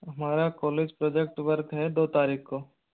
हमारा college project work है दो तारीख को